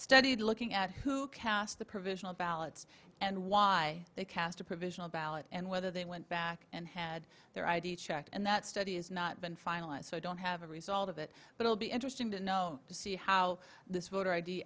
studied looking at who cast the provisional ballots and why they cast a provisional ballot and whether they went back and had their id checked and that study has not been finalized so i don't have a result of it but it'll be interesting to know to see how this voter i